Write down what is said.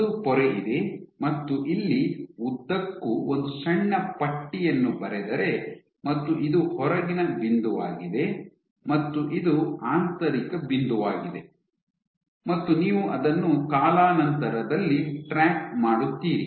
ಒಂದು ಪೊರೆಯಿದೆ ಮತ್ತು ಇಲ್ಲಿ ಉದ್ದಕ್ಕೂ ಒಂದು ಸಣ್ಣ ಪಟ್ಟಿಯನ್ನು ಬರೆದರೆ ಮತ್ತು ಇದು ಹೊರಗಿನ ಬಿಂದುವಾಗಿದೆ ಮತ್ತು ಇದು ಆಂತರಿಕ ಬಿಂದುವಾಗಿದೆ ಮತ್ತು ನೀವು ಅದನ್ನು ಕಾಲಾನಂತರದಲ್ಲಿ ಟ್ರ್ಯಾಕ್ ಮಾಡುತ್ತೀರಿ